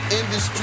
industry